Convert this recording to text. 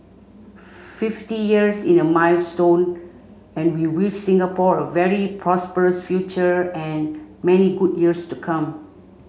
fifty years in a milestone and we wish Singapore a very prosperous future and many good years to come